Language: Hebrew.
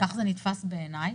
כך זה נתפס בעיניי,